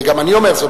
גם אני אומר זאת.